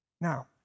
Now